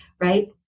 Right